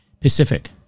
Pacific